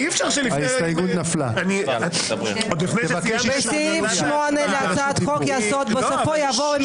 אין ההסתייגות מס' 6 של קבוצת סיעת ישראל ביתנו